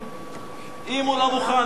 אם הוא לא מוכן,